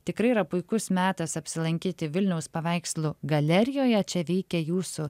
tikrai yra puikus metas apsilankyti vilniaus paveikslų galerijoje čia veikia jūsų